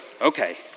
Okay